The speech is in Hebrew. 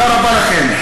תודה רבה לכם.